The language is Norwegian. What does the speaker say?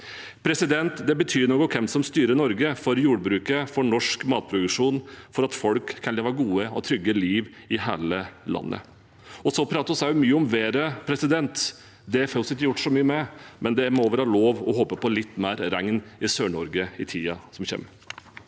mye opp. Det betyr noe hvem som styrer Norge – for jordbruket, for norsk matproduksjon, og for at folk kan leve gode og trygge liv i hele landet. Så prater vi også mye om været. Det får vi ikke gjort så mye med, men det må være lov til å håpe på litt mer regn i Sør-Norge i tiden som kommer.